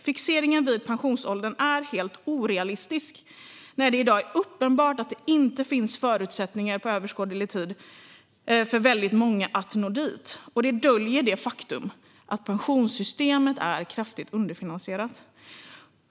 Fixeringen vid pensionsåldern är helt orealistisk när det i dag är uppenbart att det för väldigt många inte finns förutsättningar att under överskådlig tid nå dit. Det döljer också att pensionssystemet är kraftigt underfinansierat.